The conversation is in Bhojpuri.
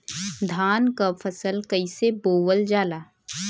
धान क फसल कईसे बोवल जाला?